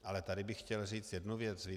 Ale tady bych chtěl říct jednu věc.